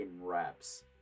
reps